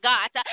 God